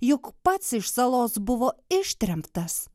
juk pats iš salos buvo ištremtas